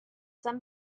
some